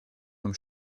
vom